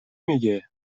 میگه